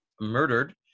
murdered